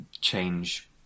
change